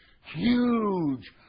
huge